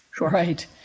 Right